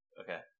okay